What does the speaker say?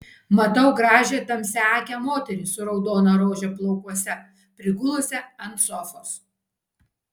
matau gražią tamsiaakę moterį su raudona rože plaukuose prigulusią ant sofos